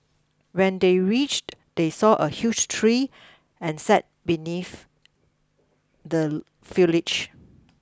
when they reached they saw a huge tree and sat beneath the foliage